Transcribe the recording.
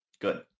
Good